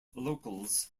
locals